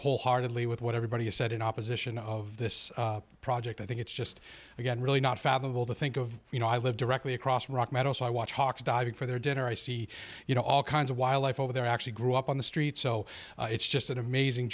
wholeheartedly with what everybody has said in opposition of this project i think it's just again really not fathomable to think of you know i live directly across from rock metal so i watch hawks diving for their dinner i see you know all kinds of wildlife over there actually grew up on the streets so it's just an amazing